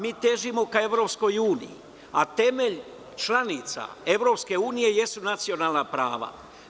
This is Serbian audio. Mi težimo ka EU, a temelj članica EU jesu nacionalna prava.